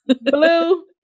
blue